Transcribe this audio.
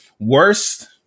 worst